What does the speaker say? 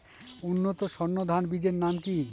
উন্নত সর্ন ধান বীজের নাম কি?